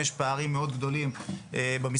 יש פערים מאוד גדולים במספרים,